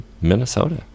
Minnesota